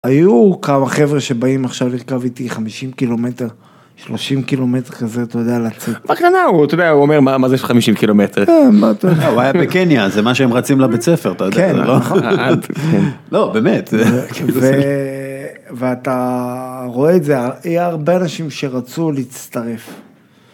היו כמה חבר'ה שבאים עכשיו לרכב איתי 50 קילומטר, 30 קילומטר כזה, אתה יודע, לצאת. בקטנה, אתה יודע, הוא אומר מה זה 50 קילומטר. הוא היה בקניה, זה מה שהם רצים לבית ספר, אתה יודע. כן. לא, באמת. ואתה רואה את זה, היה הרבה אנשים שרצו להצטרף.